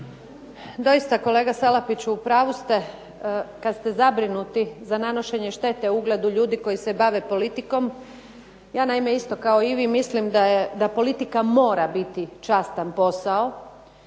Doista, kolega Salapić u pravu ste kad ste zabrinuti za nanošenje štete ugledu ljudi koji se bave politikom. Ja naime isto kao i vi mislim da politika mora biti častan posao